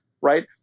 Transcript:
right